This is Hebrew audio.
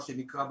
מה שנקרא,